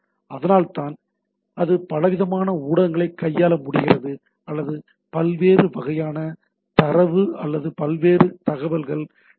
அதனால்தான் அது பலவிதமான ஊடகங்களைக் கையாள முடிகிறது அல்லது பல்வேறு வகையான தரவு அல்லது பல்வேறு தகவல்கள் டபில்யு